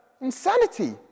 Insanity